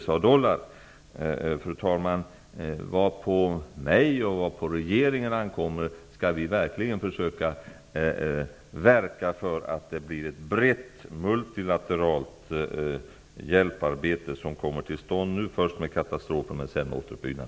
Vad på mig och regeringen ankommer skall vi verkligen försöka att verka för att ett brett multilateralt hjälparbete nu kommer till stånd först med katastrofhjälp och sedan med återuppbyggnad.